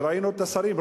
ראינו את השרים,